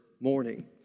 morning